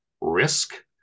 risk